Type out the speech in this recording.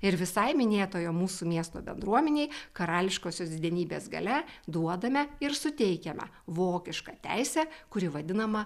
ir visai minėtojo mūsų miesto bendruomenei karališkosios didenybės galia duodame ir suteikiame vokišką teisę kuri vadinama